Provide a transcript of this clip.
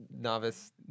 novice